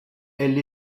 elle